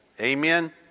amen